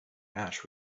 ash